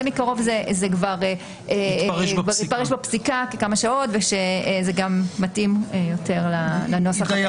זה כבר השתרש בפסיקה וזה גם מתאים יותר לנוסח כאן.